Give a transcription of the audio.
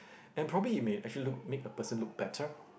and probably it may actually look make a person look better